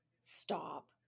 stop